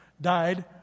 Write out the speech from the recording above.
died